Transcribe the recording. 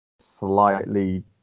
slightly